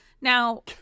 Now